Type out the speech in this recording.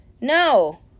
no